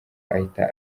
ahita